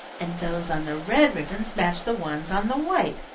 and those on the red ribbons match the ones on the white.